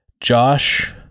Josh